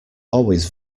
always